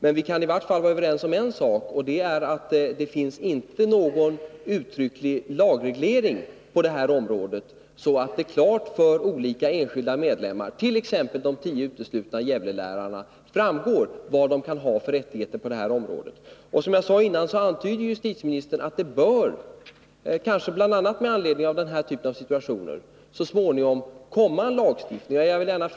Men vi kan i vart fall vara överens om en sak, och det är att det inte finns någon uttrycklig lagreglering på det här området, så att det klart framgår för olika enskilda medlemmar, t.ex. de tio uteslutna Gävlelärarna, vad de kan ha för rättigheter. Som jag sade förut, antyder justitieministern att det bör, kanske bl.a. med anledning av den situation som jag har aktualiserat, så småningom komma en lagstiftning.